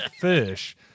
fish